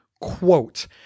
quote